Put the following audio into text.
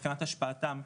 מבחינת השפעתם,